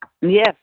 Yes